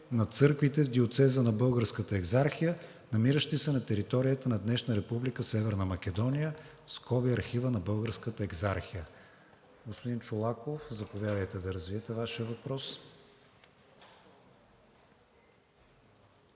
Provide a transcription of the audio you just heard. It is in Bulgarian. на църквите в диоцеза на Българската екзархия, намиращи се на територията на днешна Република Северна Македония – в скоби, архива на Българската екзархия. Господин Чолаков, заповядайте да развиете Вашия въпрос.